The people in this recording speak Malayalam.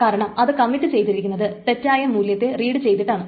കാരണം അത് കമ്മിറ്റ് ചെയ്തിരിക്കുന്നത് തെറ്റായ മൂല്യത്തെ റീഡ് ചെയ്തിട്ടാണ്